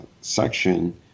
section